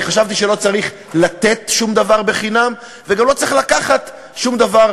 כי חשבתי שלא צריך לתת שום דבר בחינם וגם לא צריך לקחת שום דבר,